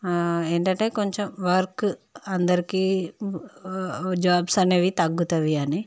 ఏంటంటే కొంచెం వర్క్ అందరికి జాబ్స్ అనేవి తగ్గుతవి అని